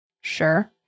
Sure